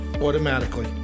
automatically